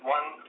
One